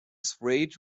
sprayed